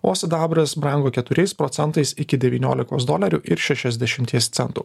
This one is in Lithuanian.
o sidabras brango keturiais procentais iki devyniolikos dolerių ir šešiasdešimties centų